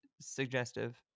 suggestive